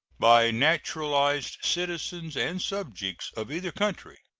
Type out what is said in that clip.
by naturalized citizens and subjects of either country,